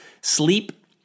sleep